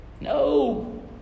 No